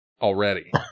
already